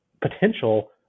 potential